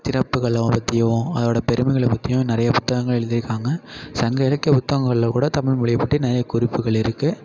சிறப்புகளை பற்றியும் அதோட பெருமைகளை பற்றியும் நிறைய புத்தகங்கள் எழுதியிருக்காங்க சங்க இலக்கிய புத்தகங்களில் கூட தமிழ் மொழியப் பற்றி நிறைய குறிப்புகள் இருக்குது